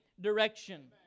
direction